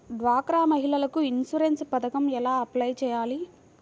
డ్వాక్రా మహిళలకు ఇన్సూరెన్స్ పథకం ఎలా అప్లై చెయ్యాలి?